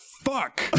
fuck